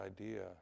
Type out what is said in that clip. idea